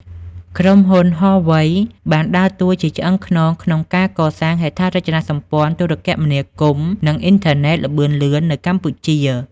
ក្រុមហ៊ុន Huawei បានដើរតួជាឆ្អឹងខ្នងក្នុងការកសាងហេដ្ឋារចនាសម្ព័ន្ធទូរគមនាគមន៍ និងអ៊ីនធឺណិតល្បឿនលឿននៅកម្ពុជា។